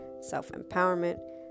self-empowerment